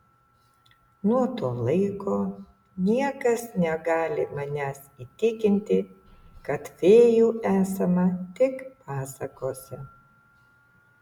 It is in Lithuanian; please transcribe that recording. nuo to laiko niekas negali manęs įtikinti kad fėjų esama tik pasakose